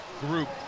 group